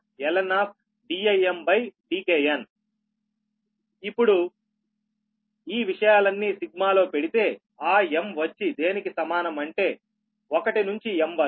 Vkiqm12π0 m1Nqmln ఇప్పుడు ఈ విషయాలన్నీ సిగ్మా లో పెడితే ఆ m వచ్చి దేనికి సమానం అంటే 1 నుంచి m వరకు